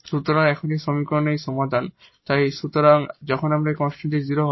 সুতরাং এখন এই সমীকরণের এই সমাধান তাই সুতরাং যখন এই কন্সট্যান্টটি 0 হয়